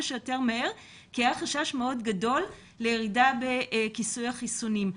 שיותר מהר כי היה חשש מאוד גדול בירידה בכיסוי החיסונים.